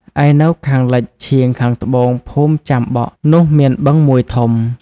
ឯនៅខាងលិចឆៀងខាងត្បូងភូមិចាំបក់នោះមានបឹងមួយធំ